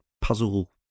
puzzle